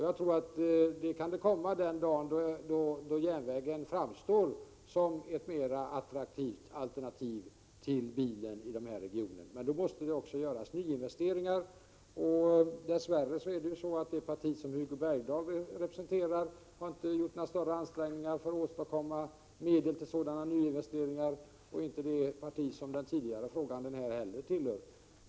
Jag tror att den dagen kan komma då järnvägen i denna region framstår som ett mer attraktivt alternativ till bilen. Men då måste man också göra nyinvesteringar. Dess värre är det så att det parti som Hugo Bergdahl representerar inte gjort några större ansträngningar för att åstadkomma medel till sådana nyinvesteringar. Detsamma gäller det parti som den föregående frågeställaren representerar.